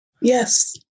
Yes